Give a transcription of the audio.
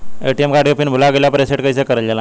ATM card के PIN भूला गइल बा रीसेट कईसे करल जाला?